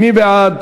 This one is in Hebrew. מי בעד?